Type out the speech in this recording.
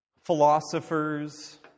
Philosophers